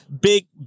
big